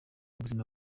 buzima